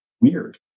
weird